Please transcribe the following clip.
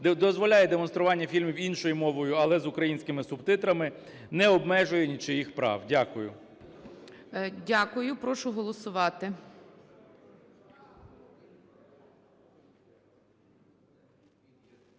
дозволяє демонстрування фільмів іншою мовою, але з українськими субтитрами, не обмежує нічиїх прав. Дякую. ГОЛОВУЮЧИЙ. Дякую. Прошу голосувати.